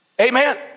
Amen